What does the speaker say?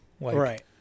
Right